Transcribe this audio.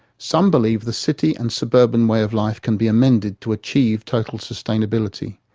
some believe the city and suburban way of life can be amended to achieve total sustainability.